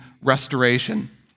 restoration